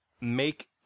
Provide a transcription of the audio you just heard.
make